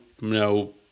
No